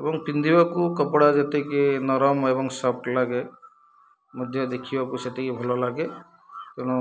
ଏବଂ ପିନ୍ଧିବାକୁ କପଡ଼ା ଯେତିକି ନରମ ଏବଂ ସଫ୍ଟ ଲାଗେ ମଧ୍ୟ ଦେଖିବାକୁ ସେତିକି ଭଲଲାଗେ ତେଣୁ